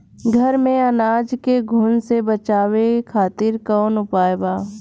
घर में अनाज के घुन से बचावे खातिर कवन उपाय बा?